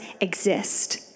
exist